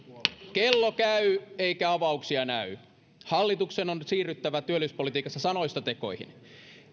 kello käy eikä avauksia näy hallituksen on nyt siirryttävä työllisyyspolitiikassa sanoista tekoihin